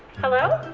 hello?